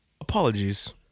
apologies